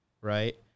right